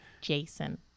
Jason